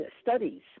studies